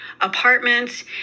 apartments